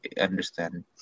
understand